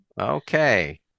Okay